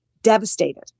devastated